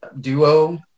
duo